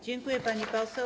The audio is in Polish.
Dziękuję, pani poseł.